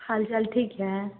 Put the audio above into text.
हाल चाल ठीक हइ